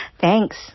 Thanks